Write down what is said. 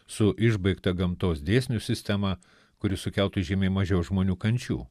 su išbaigta gamtos dėsnių sistema kuri sukeltų žymiai mažiau žmonių kančių